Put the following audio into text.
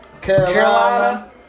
Carolina